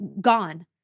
gone